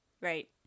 Right